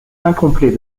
incomplet